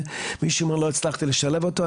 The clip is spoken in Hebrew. ומשום מה לא הצלחתי לשלב אותו.